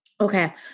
Okay